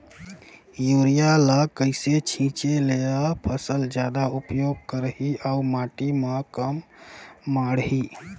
Urea ल कइसे छीचे ल फसल जादा उपयोग करही अउ माटी म कम माढ़ही?